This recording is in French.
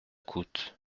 coûte